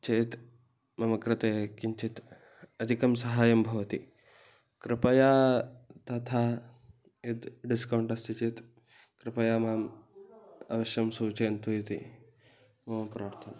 चेत् मम कृते किञ्चित् अधिकं सहायं भवति कृपया तथा यद् डिस्कौण्ट् अस्ति चेत् कृपया माम् अवश्यं सूचयन्तु इति मम प्रार्थना